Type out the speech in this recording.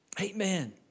Amen